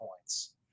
points